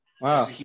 Wow